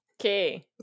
Okay